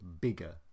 bigger